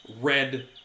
red